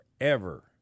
forever